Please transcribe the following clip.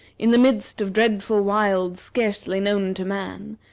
in the midst of dreadful wilds scarcely known to man,